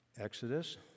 Exodus